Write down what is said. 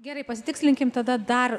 gerai pasitikslinkim tada dar